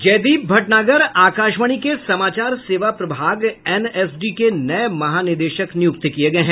जयदीप भटनागर आकाशवाणी के समाचार सेवा प्रभाग एनएसडी के नये महानिदेशक नियुक्त किये गये हैं